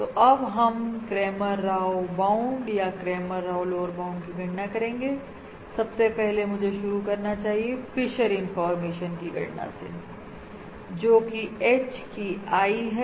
तो अब हम क्रैमर राव बाउंड या क्रैमर राव लोअर बाउंड की गणना करेंगे सबसे पहले मुझे शुरू करना चाहिए फिशर इंफॉर्मेशन की गणना से जो कि H कि I है